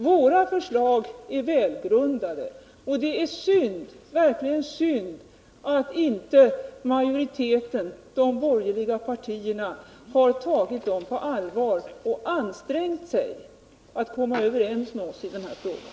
Våra förslag är välgrundade, och det är synd att majoriteten, de borgerliga partierna, inte har tagit dem på allvar och ansträngt sig att komma överens med oss i den här frågan.